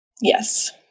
Yes